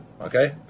Okay